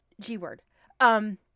G-Word